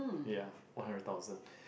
ya one hundred thousand